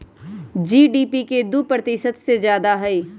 GDP के दु प्रतिशत से जादा हई